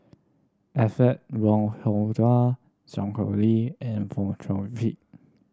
Alfred Wong Hong Kwok Sun Xueling and Fong Chong Pik